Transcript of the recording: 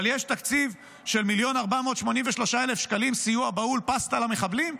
אבל יש תקציב של מיליון ו-483,000 שקלים סיוע בהול של פסטה למחבלים?